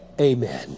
amen